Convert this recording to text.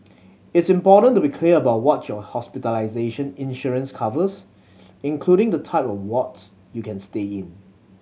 it's important to be clear about what your hospitalization insurance covers including the type of wards you can stay in